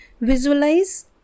visualize